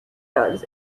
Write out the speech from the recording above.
turns